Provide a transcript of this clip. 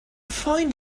find